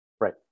Right